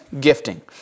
gifting